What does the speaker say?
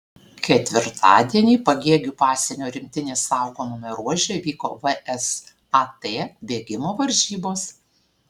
ketvirtadienį pagėgių pasienio rinktinės saugomame ruože vyko vsat bėgimo varžybos